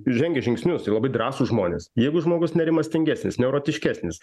žengia žingsnius tai labai drąsūs žmonės jeigu žmogus nerimastingesnis neurotiškesnis